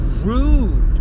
rude